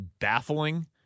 baffling